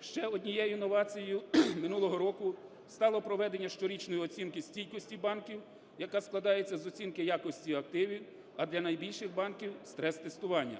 Ще однією інновацією минулого року стало проведення щорічної оцінки стійкості банків, яка складається з оцінки якості активів, а для найбільших банків – стрес-тестування.